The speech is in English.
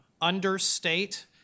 understate